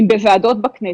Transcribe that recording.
אם בוועדות בכנסת,